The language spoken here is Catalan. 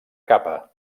capa